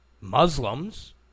Muslims